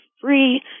Free